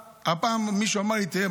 פעם מישהו אמר לי: תראה,